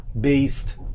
based